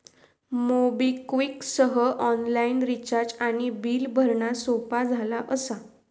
MobiKwik सह online recharge आणि bill भरणा सोपा झाला असा